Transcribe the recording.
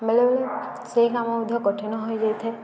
ବେଳେ ବେଳେ ସେଇ କାମ ମଧ୍ୟ କଠିନ ହୋଇଯାଇଥାଏ